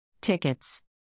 Tickets